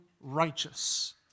righteous